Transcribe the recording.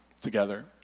together